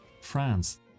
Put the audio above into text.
France